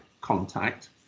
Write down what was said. contact